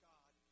God